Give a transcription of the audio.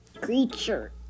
creature